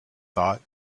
thought